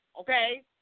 okay